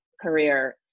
career